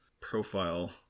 profile